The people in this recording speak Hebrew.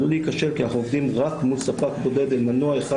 עלול להיכשל כי אנחנו עובדים רק מול ספק בודד עם מנוע אחד